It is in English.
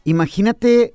Imagínate